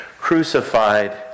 crucified